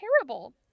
terrible